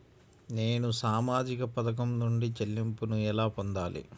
నేను సామాజిక పథకం నుండి చెల్లింపును ఎలా పొందాలి?